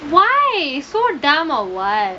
why so dumb or what